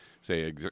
Say